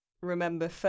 remember